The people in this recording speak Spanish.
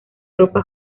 ropa